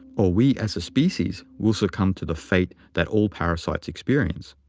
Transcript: or we as a species will succumb to the fate that all parasites experience.